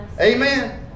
Amen